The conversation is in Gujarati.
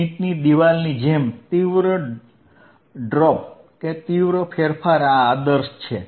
ઈંટની દીવાલની જેમ તીવ્ર ડ્રોપ કે તીવ્ર ફેરફાર આ આદર્શ છે